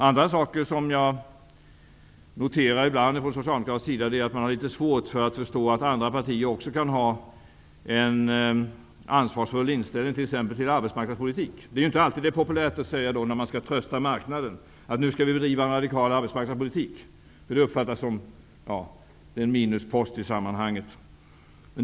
Andra saker som jag har noterat hos Socialdemokraterna är att de har litet svårt att förstå att andra partier också kan ha en ansvarsfull inställning till t.ex. arbetsmarknadspolitik. När man skall trösta marknaden är det ju inte alltid populärt att säga att man skall driva en radikal arbetsmarknadspolitik. Det är en minuspost i sammanhanget.